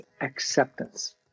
acceptance